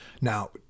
Now